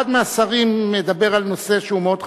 אחד מהשרים מדבר על נושא שהוא מאוד חשוב,